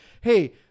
hey